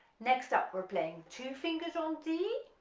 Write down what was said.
next up we're playing two fingers on d,